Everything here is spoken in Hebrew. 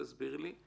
תסביר לי.